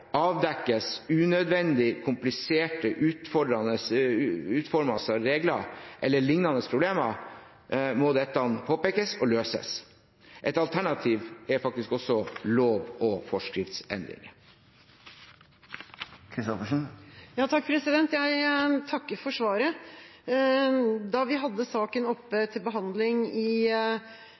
avdekkes unødvendig kompliserte, utfordrende regler eller lignende problemer, må dette påpekes og løses. Et alternativ er lov- og forskriftendringer. Jeg takker for svaret. Da vi hadde saken oppe til behandling i